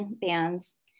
bands